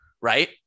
Right